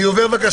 אתה עובר על